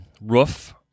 roof